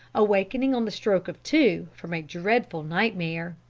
awaking on the stroke of two from a dreadful nightmare.